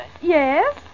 Yes